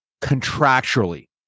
contractually